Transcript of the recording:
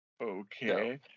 Okay